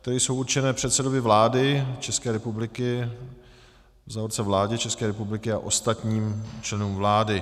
které jsou určené předsedovi vlády České republiky /vládě České republiky/ a ostatním členům vlády.